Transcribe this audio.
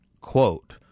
quote